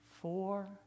Four